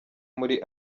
muri